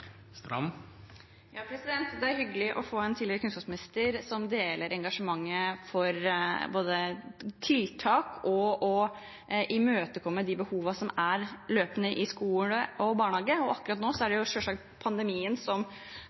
er hyggelig med en tidligere kunnskapsminister som deler engasjementet for både tiltak og å imøtekomme de behovene som er løpende i skole og barnehage. Akkurat nå er selvsagt pandemien noe av det som